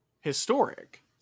historic